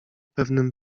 pewnym